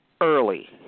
early